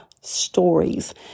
stories